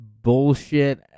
bullshit